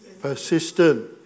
Persistent